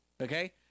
Okay